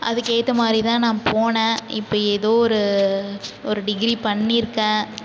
அதுக்கேற்ற மாதிரி தான் நான் போனேன் இப்போ ஏதோ ஒரு ஒரு டிகிரி பண்ணிருக்கேன்